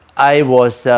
i was